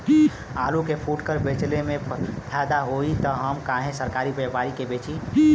आलू के फूटकर बेंचले मे फैदा होई त हम काहे सरकारी व्यपरी के बेंचि?